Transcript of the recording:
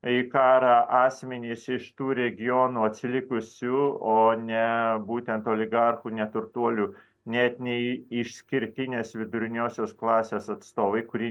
į karą asmenys iš tų regionų atsilikusių o ne būtent oligarchų ne turtuolių net nei išskirtinės viduriniosios klasės atstovai kurie